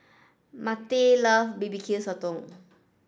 Marty love B B Q Sotong